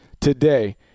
today